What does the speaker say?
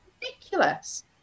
ridiculous